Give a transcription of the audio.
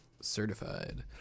certified